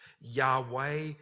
Yahweh